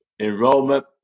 enrollment